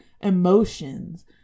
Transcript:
emotions